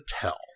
tell